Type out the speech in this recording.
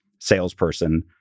salesperson